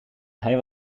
hij